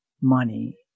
money